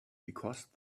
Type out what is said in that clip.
because